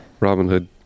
Robinhood